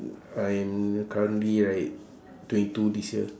I'm currently like twenty two this year